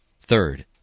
Third